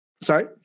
Sorry